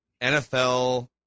NFL